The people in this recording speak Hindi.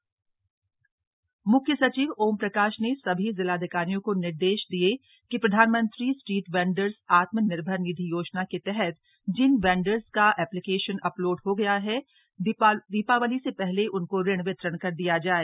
पीएम स्वनिधि योजना समीक्षा म्ख्य सचिव ओमप्रकाश ने सभी जिलाधिकारियों को निर्देश दिए कि प्रधानमंत्री स्ट्रीट वेंडर्स आत्मनिर्भर निधि योजना के तहत जिन वेंडर्स का एप्लिकेशन अपलोड हो गया है दीपावली से पहले उनको ऋण वितरण कर दिया जाए